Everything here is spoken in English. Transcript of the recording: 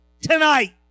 tonight